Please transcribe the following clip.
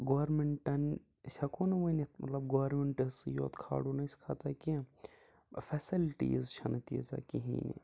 گورمِنٹَن أسۍ ہٮ۪کو نہٕ ؤنِتھ مطلب گورمِنٹہٕ سٕے یوت کھالو نہٕ أسۍ خَطا کینٛہہ فیسَلٹیٖز چھنہٕ تیٖژاہ کِہیٖنۍ